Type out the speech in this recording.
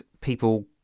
people